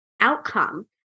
outcome